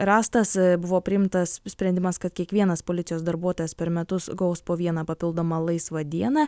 rastas buvo priimtas sprendimas kad kiekvienas policijos darbuotojas per metus gaus po vieną papildomą laisvą dieną